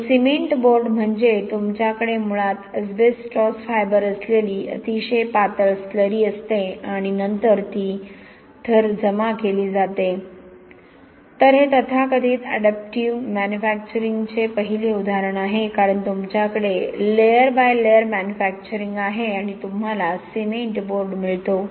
तर cement board म्हणजे तुमच्याकडे मुळात एस्बेस्टोस फायबर असलेली अतिशय पातळ स्लरी असते आणि नंतर ती थर थर जमा केली जाते तर हे तथाकथित अडॅप्टिव्ह मॅन्युफॅक्चरिंगचे पहिले उदाहरण आहे कारण तुमच्याकडे लेयर बाय लेयर मॅन्युफॅक्चरिंग आहे आणि तुम्हाला सिमेंट बोर्ड मिळतो